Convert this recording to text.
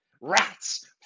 Rats